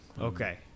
Okay